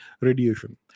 radiation